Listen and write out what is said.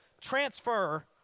transfer